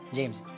James